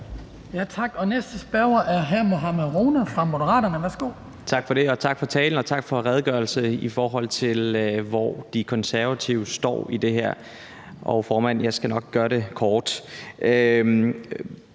Tak. Og næste spørger er hr. Mohammad Rona fra Moderaterne. Værsgo. Kl. 15:04 Mohammad Rona (M): Tak for det. Og tak for talen – og tak for redegørelsen, i forhold til hvor De Konservative står i det her spørgsmål. Jeg skal nok gøre det kort,